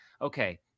okay